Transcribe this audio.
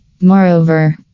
Moreover